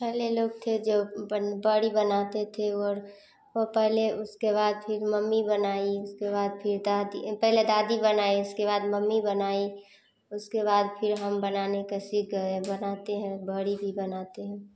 पहले लोग थे जो पन बड़ी बनाते थे और वे पहले उसके बाद फिर मम्मी बनाई उसके बाद फिर दादी पहले दादी बनाई उसके बाद मम्मी बनाई व उसके बाद फिर हम बनाने के सीख गए अब बनाते हैं बड़ी भी बनाती हूँ